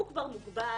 הוא כבר מוגבל,